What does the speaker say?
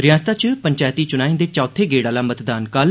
रियासता च पंचैती चुनाए दे चौथे गेडा आहला मतदान कल